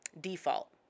default